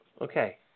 Okay